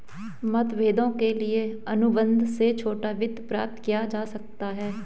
मतभेदों के लिए अनुबंध से छोटा वित्त प्राप्त किया जा सकता है